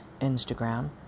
Instagram